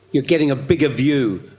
you are getting a bigger view,